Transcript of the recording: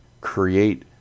create